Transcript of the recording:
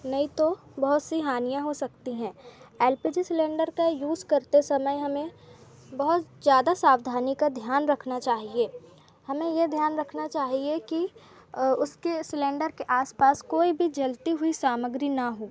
नहीं तो बहुत सी हानियाँ हो सकती हैं एल पी जी सिलेंडर का यूज़ करते समय हमें बहुत ज़्यादा सावधानी का ध्यान रखना चाहिए हमें यह ध्यान रखना चाहिए कि उसके सिलेंडर के आस पास कोई भी जलती हुई सामग्री ना हो